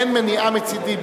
אין מניעה מצדי,